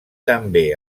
també